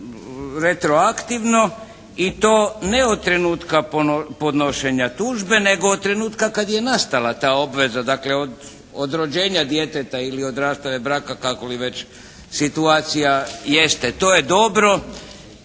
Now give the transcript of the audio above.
i to ne od trenutka podnošenja tužbe, nego od trenutka kad je nastala ta obveza. Dakle, od rođenja djeteta ili od rastave braka kako li već situacija jeste. To je dobro.